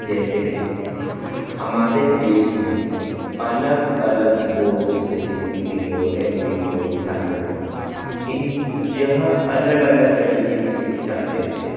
जैसे कि हमारे देश में अलग अलग बोर्ड्स हैं जैसे UP board M P board Jharkhand board इन जह अलग अलग तरीके की शिक्षा देते हैं